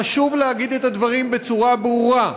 חשוב להגיד את הדברים בצורה ברורה,